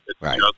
right